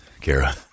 Kara